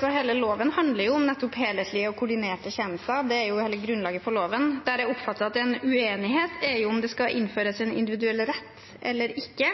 Hele loven handler om nettopp helhetlige og koordinerte tjenester. Det er jo hele grunnlaget for loven. Der jeg oppfatter at det er en uenighet, er om det skal innføres en individuell rett eller ikke.